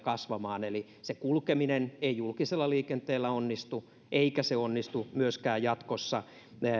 kyllä kasvamaan eli kulkeminen ei julkisella liikenteellä onnistu eikä se onnistu myöskään jatkossa